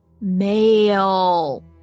male